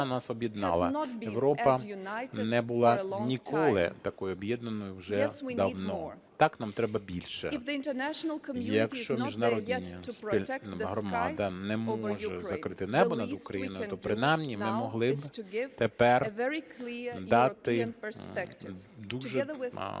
нас об’єднала. Європа не була ніколи такою об’єднаною вже давно. Так, нам треба більше. Якщо міжнародна громада не може закрити небо на Україною, то принаймні ми могли б тепер дати дуже